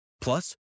Plus